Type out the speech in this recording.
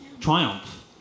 triumph